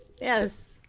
yes